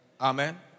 Amen